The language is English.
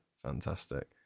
Fantastic